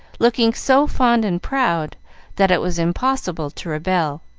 looking so fond and proud that it was impossible to rebel,